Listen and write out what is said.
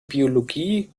biologie